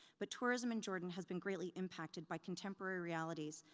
but tourism in jordan has been greatly impacted by contemporary realities,